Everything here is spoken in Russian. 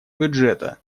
бюджета